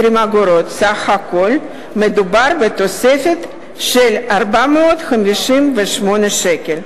בסך הכול מדובר בתוספת של 458 שקלים.